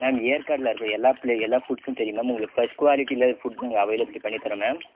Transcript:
ma'am ஏற்காட்டில் இருக்க எல்லா பிளே எல்லா ஃபுட்ஸ்சும் தெரியும் மேம் உங்களுக்கு ஃபர்ஸ்ட் குவாலிட்யில் ஃபுட் நாங்கள் அவைளபுலிட்டி பண்ணி தரோம் மேம்